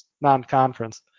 non-conference